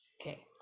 Okay